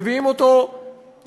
מביאים אותו בפרוסות,